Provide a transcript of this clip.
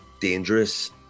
dangerous